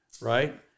Right